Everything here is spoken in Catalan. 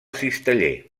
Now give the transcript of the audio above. cisteller